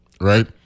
right